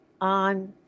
on